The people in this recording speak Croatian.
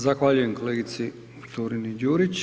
Zahvaljujem kolegici Turini Đurić.